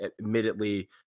admittedly